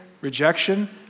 rejection